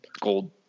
gold